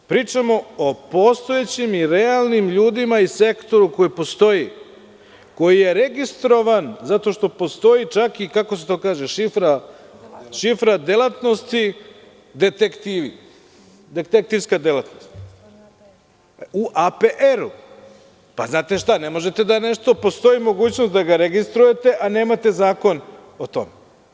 Pričamo o postojećim i realnim ljudima i sektoru koji postoji, koji je registrovan zato što postoji, kako se to kaže, šifra delatnosti – detektivi, detektivska delatnost u APR. Ne može da postoji mogućnost da ga registrujete, a nemate zakon o tome.